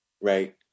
Right